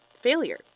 failure